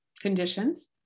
conditions